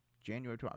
January